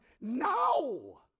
now